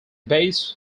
base